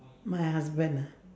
my husband ah